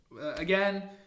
again